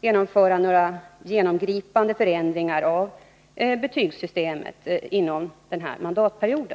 genomföra några genomgripande förändringar av betygssystemet inom denna mandatperiod.